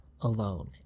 alone